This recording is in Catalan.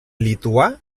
lituà